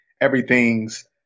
everything's